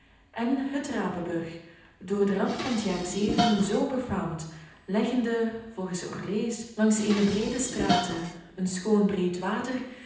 en het rapenburg door de ramp van t jaar zeven zoo befaamd leggende volgens orlers langs eene breede straete een schoon breed water